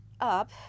up